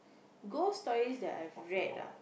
ghost stories that I've read ah